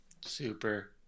super